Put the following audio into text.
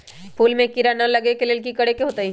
फूल में किरा ना लगे ओ लेल कि करे के होतई?